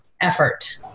effort